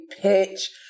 pitch